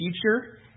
future